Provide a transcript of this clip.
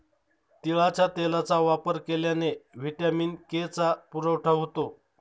तिळाच्या तेलाचा वापर केल्याने व्हिटॅमिन के चा पुरवठा होतो